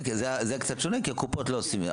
זה קצת שונה כי הקופות לא עושות הסדר.